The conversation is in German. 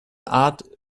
art